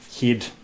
head